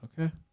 Okay